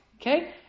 Okay